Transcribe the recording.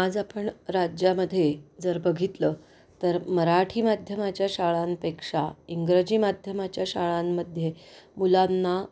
आज आपण राज्यामध्ये जर बघितलं तर मराठी माध्यमाच्या शाळांपेक्षा इंग्रजी माध्यमाच्या शाळांमध्ये मुलांना